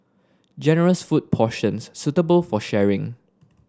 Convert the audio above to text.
generous food portions suitable for sharing